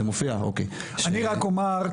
אני רק אומר,